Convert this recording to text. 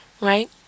right